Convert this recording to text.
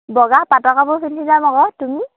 বগা পাটৰ কাপোৰ পিন্ধি যাম আকৌ তুমি